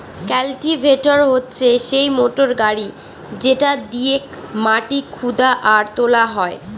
cultivator হচ্ছে সেই motor গাড়ি যেটা দিয়েক মাটি খুদা আর তোলা হয়